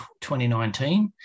2019